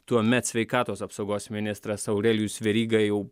tuomet sveikatos apsaugos ministras aurelijus veryga jau